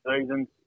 seasons